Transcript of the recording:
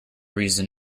reason